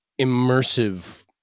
immersive